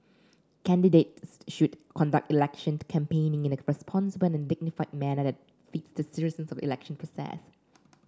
candidates should conduct election campaigning in a responsible and dignified manner that befits the seriousness of the election process